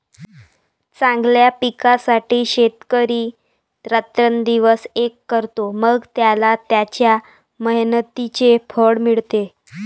चांगल्या पिकासाठी शेतकरी रात्रंदिवस एक करतो, मग त्याला त्याच्या मेहनतीचे फळ मिळते